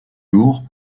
lourd